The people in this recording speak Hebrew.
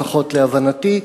לפחות להבנתי,